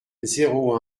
zéro